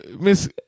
miss